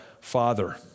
father